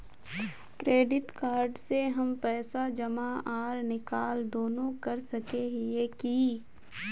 Credit card से हम पैसा जमा आर निकाल दोनों कर सके हिये की?